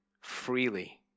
freely